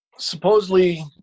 Supposedly